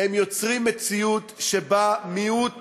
הם יוצרים מציאות שבה מיעוט